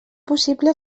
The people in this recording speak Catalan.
possible